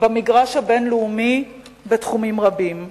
במגרש הבין-לאומי בתחומים רבים.